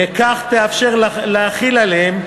וכך תאפשר להחיל עליהם,